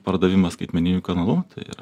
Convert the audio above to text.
pardavimas skaitmeniniu kanalu yra